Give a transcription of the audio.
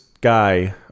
guy